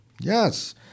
Yes